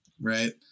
right